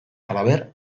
halaber